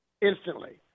instantly